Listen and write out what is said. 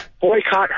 boycott